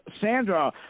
Sandra